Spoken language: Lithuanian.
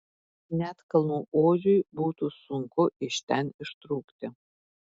net kalnų ožiui būtų sunku iš ten ištrūkti